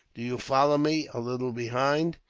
do you follow me, a little behind.